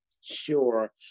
Sure